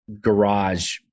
garage